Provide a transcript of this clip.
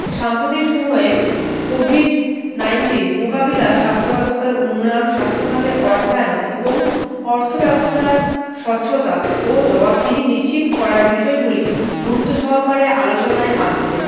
সাম্প্রতিক সময়ে Covid nineteen মোকাবিলায় স্বাস্থ্য ব্যবস্থার উন্নয়ন স্বাস্থ্যখাতে অর্থায়ন এবং অর্থ ব্যবস্থার স্বচ্ছতা ও জবাবদিহি নিশ্চিত করার বিষয়গুলি গুরুত্ব সহকারে আলোচনায় আসছে